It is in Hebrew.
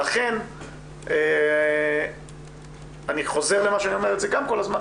לכן אני חוזר למה שאני אומר כל הזמן,